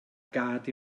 gad